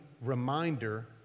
reminder